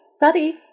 buddy